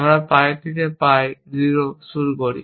আমরা পাই থেকে পাই 0 শুরু করি